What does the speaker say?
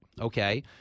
Okay